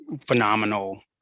phenomenal